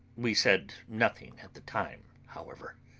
we said nothing at the time, however.